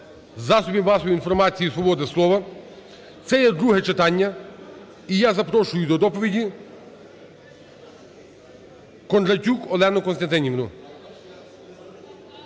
засобів масової інформації і свободи слова. Це є друге читання, і я запрошую до доповіді Кондратюк Олену Костянтинівну.